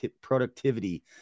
Productivity